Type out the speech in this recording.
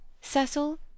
Cecil